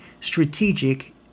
strategic